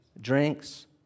drinks